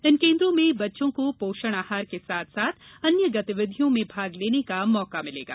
इन केन्द्रों में बच्चों को पोषण आहार के साथ साथ अन्य गतिविधियों में भाग लेने का मौका मिलेगा